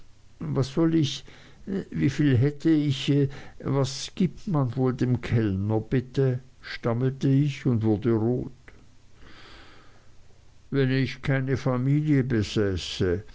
was soll ich wieviel hätte ich was gibt man wohl dem kellner bitte stammelte ich und wurde rot wenn ich keine familie